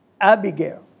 Abigail